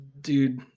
dude